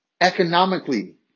economically